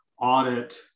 audit